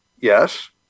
Yes